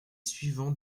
suivants